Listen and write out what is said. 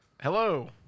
Hello